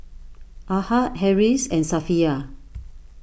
Ahad Harris and Safiya